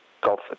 golf